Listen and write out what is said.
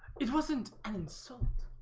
it wasn't and in salt